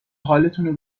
حالتونو